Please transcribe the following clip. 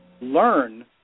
learn